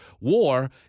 War